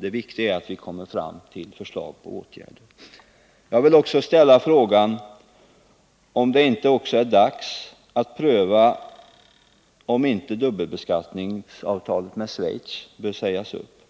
Det viktiga är att vi kommer fram till förslag om åtgärder. Jag vill också ställa frågan om det inte också är dags att pröva om inte dubbelbeskattningsavtalet med Schweiz bör sägas upp.